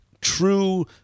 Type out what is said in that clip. true –